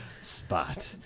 Spot